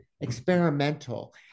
experimental